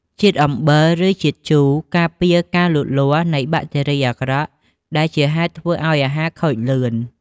ជាតិអំបិល ឬ ជាតិជូរ ការពារការលូតលាស់នៃបាក់តេរីអាក្រក់ដែលជាហេតុធ្វើឲ្យអាហារខូចលឿន។